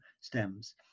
stems